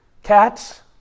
Cats